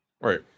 right